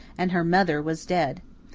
and her mother was dead.